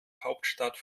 hauptstadt